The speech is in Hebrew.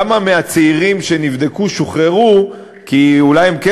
כמה מהצעירים שנבדקו שוחררו כי אולי הם כן